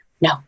No